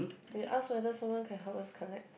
we ask whether someone can help us collect